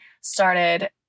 started